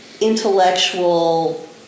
intellectual